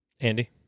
Andy